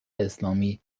اسلامی